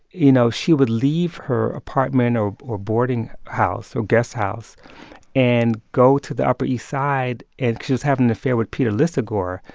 you know, she would leave her apartment or or boarding house or guesthouse and go to the upper east side and because she was having an affair with peter lisagor,